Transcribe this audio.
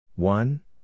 One